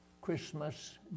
Christmas